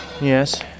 Yes